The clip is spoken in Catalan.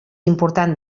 important